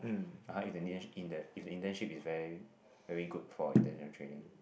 (uh huh) if the in the if the internship is very very good for intentional training